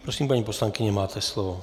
Prosím, paní poslankyně, máte slovo.